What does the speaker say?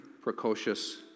precocious